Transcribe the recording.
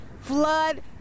flood